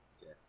Yes